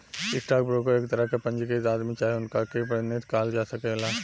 stock broker एक तरह के पंजीकृत आदमी चाहे उनका के प्रतिनिधि कहल जा सकेला